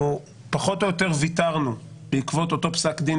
אנחנו פחות או יותר ויתרנו בעקבות אותו פסק דין,